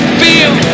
feel